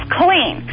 clean